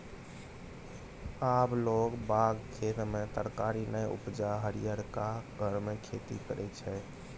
आब लोग बाग खेत मे तरकारी नै उपजा हरियरका घर मे खेती करय छै